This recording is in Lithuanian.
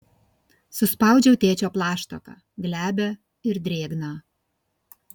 suspaudžiau tėčio plaštaką glebią ir drėgną